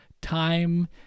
time